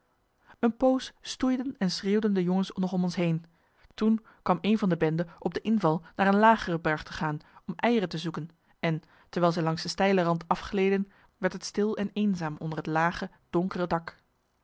een poos stoeiden en schreeuwden de jongens nog om ons heen toen kwam één van de bende op de inval naar een lagere barg te gaan om eieren te zoeken en terwijl zij langs de steile rand afgleden werd het stil en eenzaam onder het lage donkere dak